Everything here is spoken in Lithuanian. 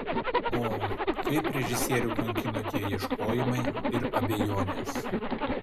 o kaip režisierių kankino tie ieškojimai ir abejonės